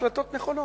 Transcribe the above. החלטות נכונות.